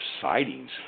sightings